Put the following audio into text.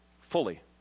fully